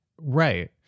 Right